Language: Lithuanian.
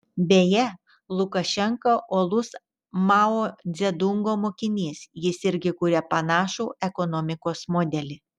beje lukašenka uolus mao dzedungo mokinys jis irgi kuria panašų ekonomikos modelį